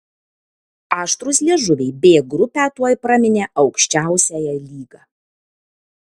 aštrūs liežuviai b grupę tuoj praminė aukščiausiąja lyga